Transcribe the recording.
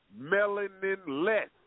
melanin-less